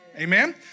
Amen